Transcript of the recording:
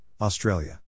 Australia